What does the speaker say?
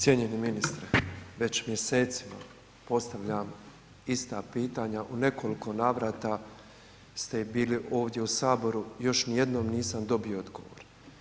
Cijenjeni ministre, već mjesecima postavljam ista pitanja u nekoliko navrata ste bili ovdje u saboru, još ni jednom nisam dobio odgovor.